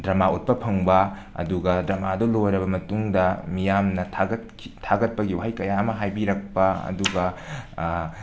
drama ꯎꯠꯄ ꯐꯪꯕ ꯑꯗꯨꯒ ꯗ꯭ꯔꯃꯥ ꯑꯗꯨ ꯂꯣꯏꯔꯕ ꯃꯇꯨꯡꯗ ꯃꯤꯌꯥꯝꯅ ꯊꯥꯒꯠ ꯊꯥꯒꯠꯄꯒꯤ ꯋꯥꯍꯩ ꯀꯌꯥ ꯑꯃ ꯍꯥꯏꯕꯤꯔꯛꯄ ꯑꯗꯨꯒ